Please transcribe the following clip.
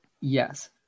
yes